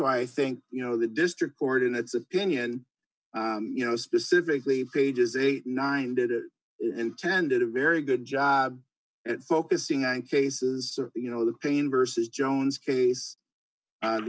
why i think you know the district court in its opinion you know specifically pages eighty nine did intended a very good job at focusing on cases you know the pain versus jones case